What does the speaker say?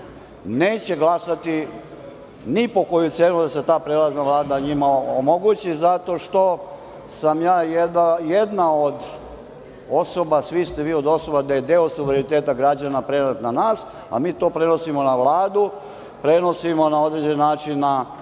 neće glasati ni po koju cenu da se ta prelazna vlada njima omogući zato što sam ja jedna od osoba, svi ste vi od osoba, koja je deo suvereniteta građana prenet na nas, a mi to prenosimo na Vladu, prenosimo na određen način preko Vlade